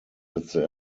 setzte